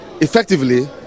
effectively